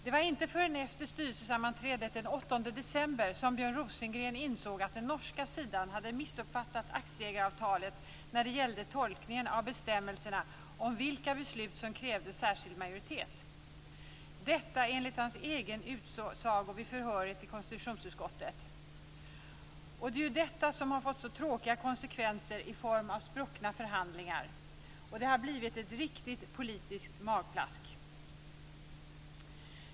Det var inte förrän efter styrelsesammanträdet den 8 december som Björn Rosengren insåg att den norska sidan hade missuppfattat aktieägaravtalet när det gällde tolkningen av bestämmelserna om vilka beslut som krävde särskild majoritet, detta enligt hans egen utsago vid förhöret i konstitutionsutskottet. Det är ju detta som har fått så tråkiga konsekvenser i form av spruckna förhandlingar. Det har blivit ett riktigt politiskt magplask.